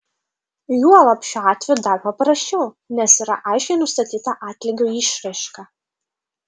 juolab šiuo atveju dar paprasčiau nes yra aiškiai nustatyta atlygio išraiška